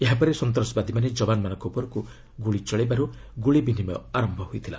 ଏହାପରେ ସନ୍ତାସବାଦୀମାନେ ଜବାନମାନଙ୍କ ଉପରକୁ ଗୁଳି ଚଳାଇବାରୁ ଗୁଳିବିନିମୟ ଆରମ୍ଭ ହୋଇଥିଲା